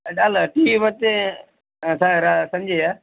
ಡ ಅಲ್ಲ ಟೀ ಮತ್ತು ಸ ರಾ ಸಂಜೆಯಾ